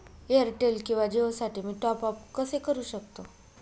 Airtel किंवा जिओसाठी मी टॉप ॲप कसे करु शकतो?